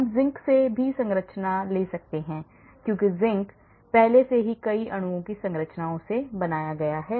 हम Zinc से संरचना भी ले सकते हैं क्योंकि Zinc पहले से ही कई अणुओं की संरचनाओं में बनाया गया है